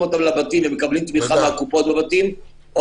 אותם לבתים ומקבלים תמיכה מהקופות בבתים,